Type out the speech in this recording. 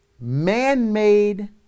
man-made